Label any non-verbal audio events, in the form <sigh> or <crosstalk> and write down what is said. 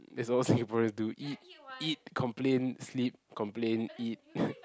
that's all Singaporeans do eat eat complain sleep complain eat <noise>